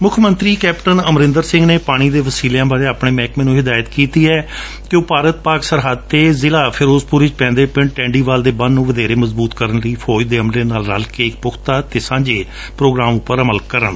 ਮੁੱਖ ਮੰਤਰੀ ਕੈਪਟਨ ਅਮਰਿੰਦਰ ਸਿੰਘ ਨੇ ਪਾਣੀ ਦੇ ਵਸੀਲਿਆਂ ਬਾਰੇ ਆਪਣੇ ਮਹਿਕਮੇ ਨੂੰ ਹਿਦਾਇਤ ਕੀਤੀ ਏ ਕਿ ਉਹ ਭਾਰਤ ਪਾਕਿ ਸਰਹੱਦ ਤੇ ਜ਼ਿਲਾ ਫਿਰੋਜ਼ਪੁਰ ਵਿਚ ਪੈਂਦੇ ਪਿੰਡ ਟੇਂਡੀਵਾਲ ਦੇ ਬੰਨ ਨੂੰ ਵਧੇਰੇ ਮਜ਼ਬੂਤ ਕਰਨ ਲਈ ਫੌਜ ਦੇ ਅਮਲੇ ਨਾਲ ਰਲ ਕੇ ਇਕ ਪੁਖਤਾ ਅਤੇ ਸਾਝੇ ਪ੍ਰੋਗਰਾਮ ਉਪਰ ਕੰਮ ਕਰੇ